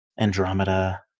andromeda